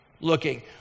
looking